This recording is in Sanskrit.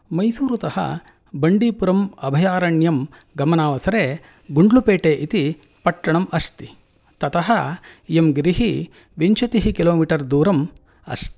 मैसूरुतः बण्डीपुरम् अभयारण्यं गमनावसरे गुण्ड्लुपेटे इति पट्टणम् अस्ति ततः इयं गिरिः विंशतिः किलोमीटर् दूरम् अस्ति